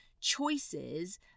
choices